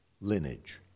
lineage